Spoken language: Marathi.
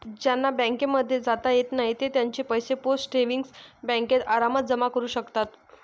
ज्यांना बँकांमध्ये जाता येत नाही ते त्यांचे पैसे पोस्ट सेविंग्स बँकेत आरामात जमा करू शकतात